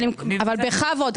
אבל בכבוד,